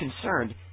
concerned